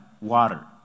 water